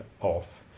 off